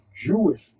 Jewish